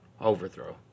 overthrow